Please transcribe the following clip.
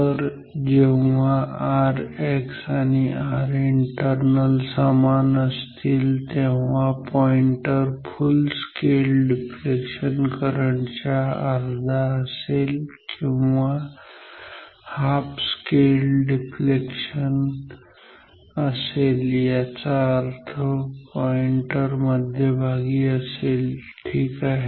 तर जेव्हा Rx आणि Rinternal समान असतील तेव्हा pointer full scale deflection current च्या अर्धा असेल किंवा हाफ स्केल डिफ्लेक्शन असेल याचा अर्थ पॉईंटर मध्यभागी असेल ठीक आहे